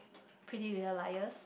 Pretty-Little-Liars